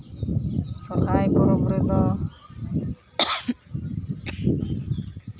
ᱥᱚᱨᱦᱟᱭ ᱯᱚᱨᱚᱵᱽ ᱨᱮᱫᱚ